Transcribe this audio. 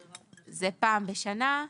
זה פעם בשנה,